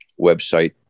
website